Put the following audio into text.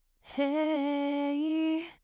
Hey